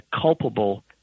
culpable